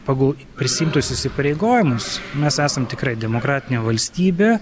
pagal prisiimtus įsipareigojimus mes esam tikrai demokratinė valstybė